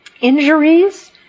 injuries